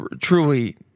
truly